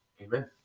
Amen